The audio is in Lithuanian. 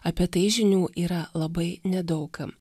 apie tai žinių yra labai nedaug